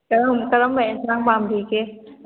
ꯀꯔꯝ ꯀꯔꯝꯕ ꯑꯦꯟꯁꯥꯡ ꯄꯥꯝꯕꯤꯒꯦ